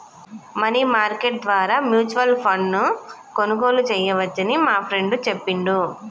money market ద్వారా mutual ఫండ్ను కొనుగోలు చేయవచ్చని మా ఫ్రెండు చెప్పిండు